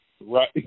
right